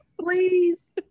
Please